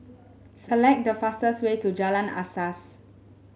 select the fastest way to Jalan Asas